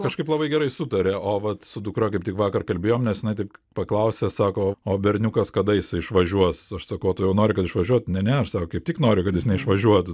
kažkaip labai gerai sutaria o vat su dukra kaip tik vakar kalbėjom nes jinai tik paklausė sako o berniukas kada jisai išvažiuos aš sakau o tu jau nori kad išvažiuotų ne ne aš sako kaip tik noriu kad jis neišvažiuotų